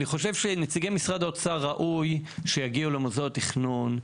אני חושב שנציגי משרד האוצר ראוי שיגיעו למוסדות התכנון.